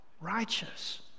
Righteous